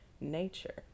nature